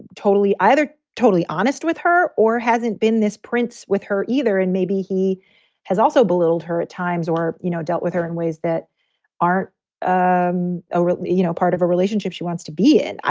totally either totally honest with her or hasn't been this prince with her either. and maybe he has also belittled her at times or, you know, dealt with her in ways that aren't um ah really you know part of a relationship she wants to be in.